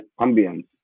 ambience